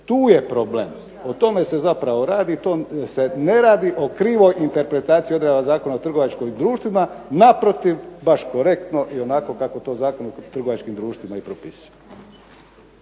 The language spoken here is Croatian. Tu je problem. O tome se zapravo radi. To se ne radi o krivoj interpretaciji odredaba Zakona o trgovačkim društvima. Naprotiv, baš korektno i onako kako to Zakon o trgovačkim društvima i propisuje.